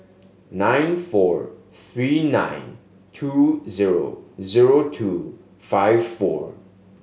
nine four three nine two zero zero two five four